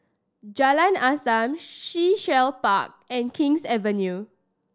Jalan Azam Sea Shell Park and King's Avenue